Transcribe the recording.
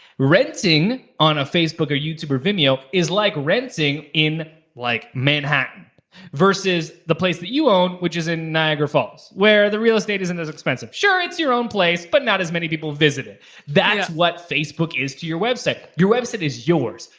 renting on a facebook or youtube or vimeo is like renting in like manhattan versus the place that you own, which is in niagara falls, where the real estate isn't as expensive. sure it's your own place, but not as many people visit it. that's what facebook is to your website. your website is yours,